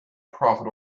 profit